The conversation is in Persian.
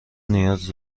نیاز